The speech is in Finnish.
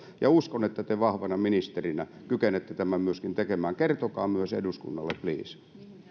ja uskon että te vahvana ministerinä kykenette tämän myöskin tekemään kertokaa myös eduskunnalle pliis